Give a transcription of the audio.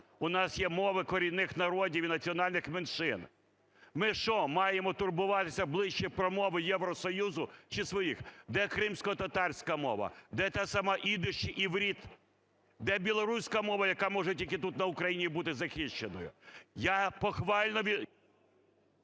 у нас є мови корінних народів і національних меншин. Ми що, маємо турбуватися ближче про мови Євросоюзу чи своїх? Де кримськотатарська мова, де та сама ідиш і іврит? Де білоруська мова, яка може тільки тут на Україні бути захищеною? Я похвально...